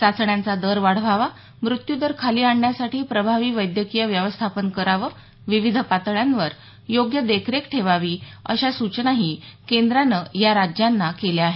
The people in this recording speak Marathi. चाचण्यांचा दर वाढवावा मृत्यूदर खाली आणण्यासाठी प्रभावी वैद्यकीय व्यवस्थापन करावं विविध पातळयांवर योग्य देखरेख ठेवावी अशा सूचनाही केंद्रानं या राज्यांना केल्या आहेत